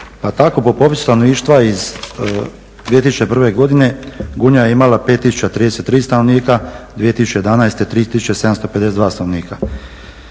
Pa tako po popisu stanovništva iz 2001. godine Gunja je imala 5033 stanovnika, 2011. 3752 stanovnika.